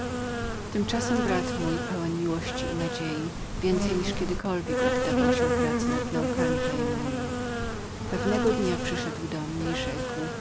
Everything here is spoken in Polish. tymczasem brat mój pełen miłości i nadziei więcej niż kiedykolwiek oddawał się badaniu nauk tajemniczych pewnego dnia przyszedł do